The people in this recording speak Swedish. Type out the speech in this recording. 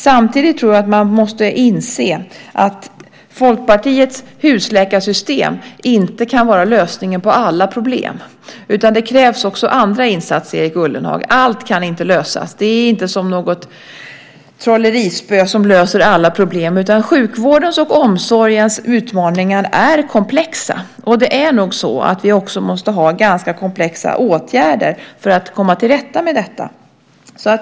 Samtidigt tror jag att man måste inse att Folkpartiets husläkarsystem inte kan vara lösningen på alla problem. Det krävs också andra insatser, Erik Ullenhag. Allt kan inte lösas. Det är inte som något trollerispö som löser alla problem, utan sjukvårdens och omsorgens utmaningar är komplexa. Det är nog så att vi också måste ha ganska komplexa åtgärder för att komma till rätta med detta.